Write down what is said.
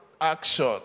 action